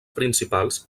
principals